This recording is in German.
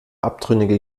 abtrünnige